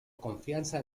confianza